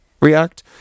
react